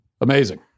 Amazing